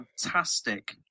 fantastic